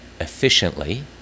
efficiently